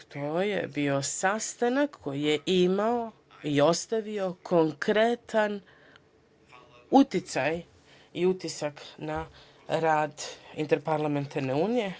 To je bio sastanak koji je imao i ostavio konkretan uticaj i utisak na rad Interparlamentarne unije.